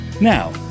Now